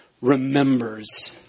remembers